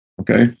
Okay